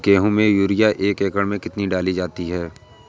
गेहूँ में यूरिया एक एकड़ में कितनी डाली जाती है?